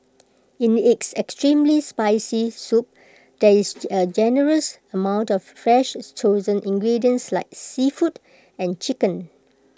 in its extremely spicy soup there is A generous amount of fresh chosen ingredients like seafood and chicken